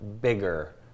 bigger